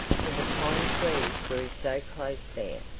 for the pine trees grew so close there,